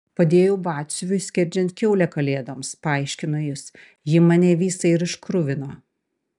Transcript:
padėjau batsiuviui skerdžiant kiaulę kalėdoms paaiškino jis ji mane visą ir iškruvino